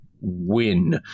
win